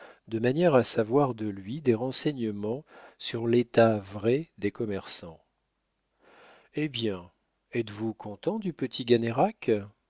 de manière à savoir de lui des renseignements sur l'état vrai des commerçants eh bien êtes-vous content du petit